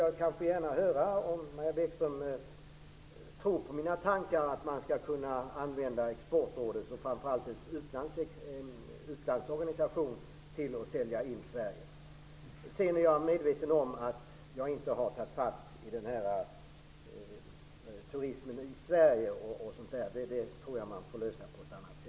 Jag vill gärna höra om Maja Bäckström tror på mina tankar att man skall använda Exportrådet och framför allt dess utlandsorganisation för att sälja Jag är medveten om att jag inte tagit fatt i detta med turismen i Sverige. Det tror jag man får lösa på annat sätt.